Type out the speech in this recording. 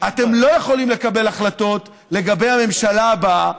אתם לא יכולים לקבל החלטות לגבי הממשלה הבאה,